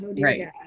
Right